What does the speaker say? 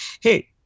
hey